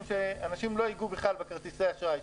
שאנשים לא ייגעו בכלל בכרטיסי אשראי,